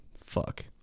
fuck